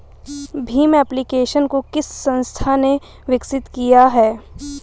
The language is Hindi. भीम एप्लिकेशन को किस संस्था ने विकसित किया है?